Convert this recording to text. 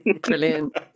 brilliant